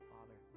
Father